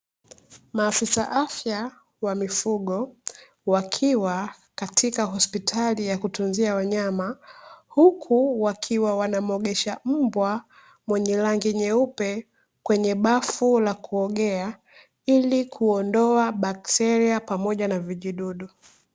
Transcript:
Maafisa afya wa mifugo, wakiwa katika hospitali ya kutunzia wanyama, huku wakiwa wanamuogesha mbwa mwenye rangi nyeupe kwenye bafu la kuogea ili kuondoa bakteria pamoja na vijidudu.